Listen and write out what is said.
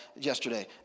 yesterday